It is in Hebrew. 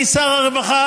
אני שר הרווחה,